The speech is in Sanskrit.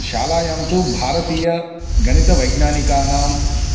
शालायां तु भारतीयगणितवैज्ञानिकानां